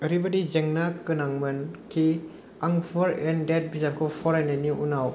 ओरैबादि जेंना गोनांमोन कि आं पुर एण्ड देद बिजाबखौ फरायनायनि उनाव